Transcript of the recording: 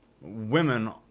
Women